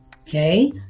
Okay